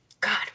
god